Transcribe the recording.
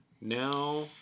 Now